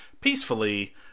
peacefully